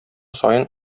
саен